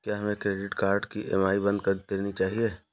क्या हमें credit card की ई.एम.आई बंद कर देनी चाहिए?